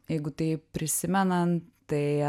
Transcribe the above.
jeigu tai prisimenant tai